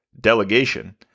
delegation